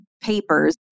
papers